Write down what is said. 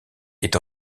est